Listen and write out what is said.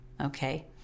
okay